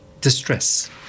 distress